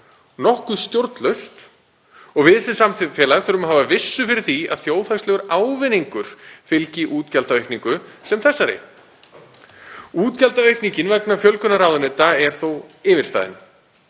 nokkuð stjórnlaust og við sem samfélag þurfum að hafa vissu fyrir því að þjóðhagslegur ávinningur fylgi útgjaldaaukningu sem þessari. Útgjaldaaukningin vegna fjölgunar ráðuneyta er þó yfirstaðin.